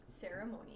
ceremony